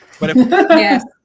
Yes